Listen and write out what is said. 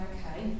Okay